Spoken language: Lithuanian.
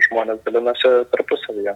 žmonės dalinasi tarpusavyje